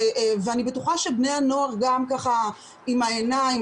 ואני בטוחה שבני הנוער גם ככה עם העיניים,